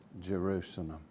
Jerusalem